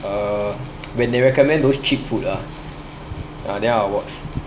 err when they recommend those cheap food ah ah then I will watch